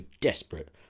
desperate